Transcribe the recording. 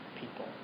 people